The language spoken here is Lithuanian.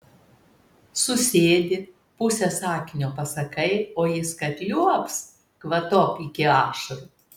susėdi pusę sakinio pasakai o jis kad liuobs kvatok iki ašarų